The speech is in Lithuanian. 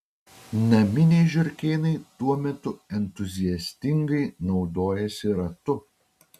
naminiai žiurkėnai tuo metu entuziastingai naudojasi ratu